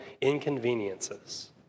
inconveniences